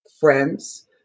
friends